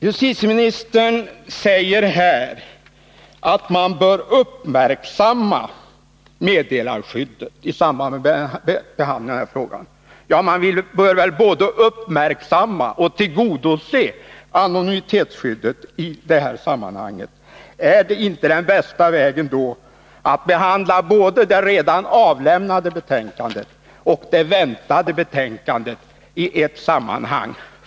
Justitieministern säger här att frågan om meddelarskyddet kommer att ”uppmärksammas” i samband med att man behandlar förslagen om hemlig avlyssning. Ja, man bör väl både uppmärksamma och tillgodose anonymitetsskyddet. Är inte den bästa vägen då att behandla både det redan avlämnade betänkandet och det väntade betänkandet i ett sammanhang?